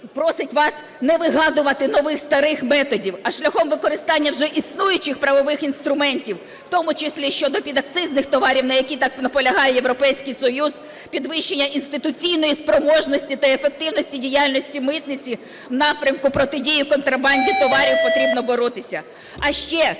просить вас не вигадувати нових-старих методів, а шляхом використання вже існуючих правових інструментів, в тому числі щодо підакцизних товарів, на яких так наполягає Європейський Союз, підвищення інституційної спроможності та ефективності діяльності митниці у напрямку протидії контрабанді товарів, потрібно боротися.